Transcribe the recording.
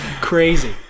crazy